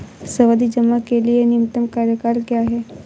सावधि जमा के लिए न्यूनतम कार्यकाल क्या है?